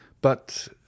But